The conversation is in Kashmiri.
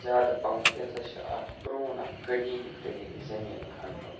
زیادٕ پَہمَتھ یہِ ہَسا چھِ اَکھ پرٛون اَکھ قدیٖمی طریٖقہٕ زٔمیٖن کھَںنُک